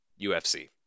UFC